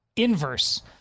inverse